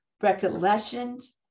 recollections